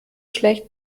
schlecht